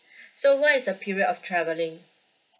so what is the period of travelling